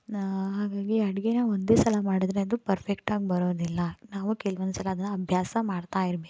ನಾನು ಹಾಗಾಗಿ ಅಡುಗೆನ ಒಂದೇ ಸಲ ಮಾಡಿದರೆ ಅದು ಫರ್ಪೆಕ್ಟಾಗಿ ಬರೋದಿಲ್ಲ ನಾವು ಕೆಲ್ವೊಂದು ಸಲ ಅದನ್ನು ಅಭ್ಯಾಸ ಮಾಡ್ತಾಯಿರಬೇಕು